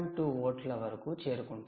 2 వోల్ట్ల వరకు చేరుకుంటుంది